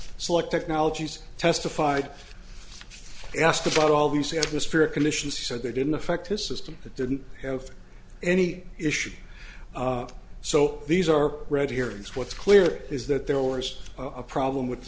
select technologies testified asked about all v c atmospheric conditions he said they didn't affect his system it didn't have any issues so these are ready hearings what's clear is that there was a problem with the